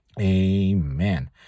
Amen